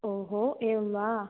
ओहो एवं वा